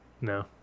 No